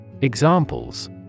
Examples